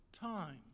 time